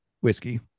whiskey